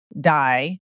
die